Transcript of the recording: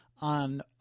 on